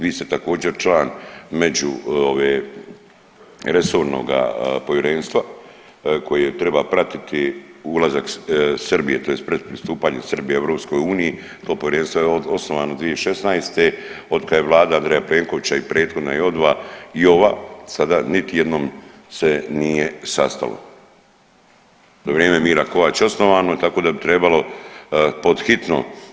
Vi ste također član međuresornoga povjerenstva koje treba pratiti ulazak Srbije tj. pred pristupanje Srbije EU, to povjerenstvo je osnovano 2016. od kada vlada Andreja Plenkovića i prethodna i ova sada niti jednom se nije sastalo, za vrijeme Mire Kovača osnovano tako da bi trebalo pod hitno.